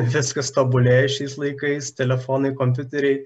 viskas tobulėja šiais laikais telefonai kompiuteriai